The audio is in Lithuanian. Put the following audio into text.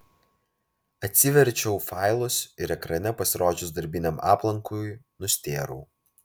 atsiverčiau failus ir ekrane pasirodžius darbiniam aplankui nustėrau